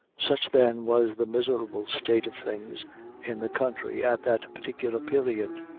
such, then, was the miserable state of things in the country at that particular period.